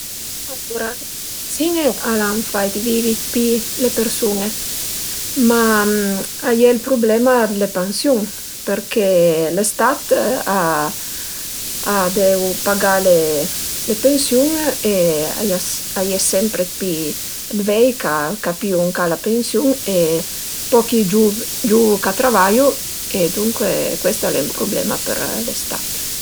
Le meizine al an fait vivi d'pi le persun-e, ma a ie ël prublema d'le pansiun perché lë stat a a deu pagà le pensiun e a ie sempre d'pi dë vei ch'a pìu ënca-a la pensiun e pochi giuvu ch'a travaiu e duncue cuest al e ën prublema për lë stat